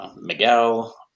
Miguel